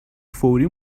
فوری